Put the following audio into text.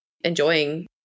enjoying